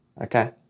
Okay